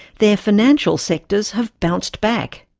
their financial sectors have bounced back.